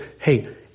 hey